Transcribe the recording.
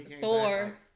Thor